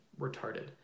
retarded